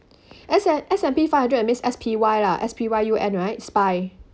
S and S&P five hundred means S_P_Y lah S_P_Y_U_N right spy